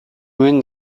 nuen